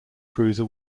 cruiser